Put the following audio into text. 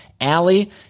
Allie